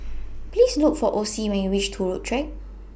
Please Look For Ocie when YOU REACH Turut Track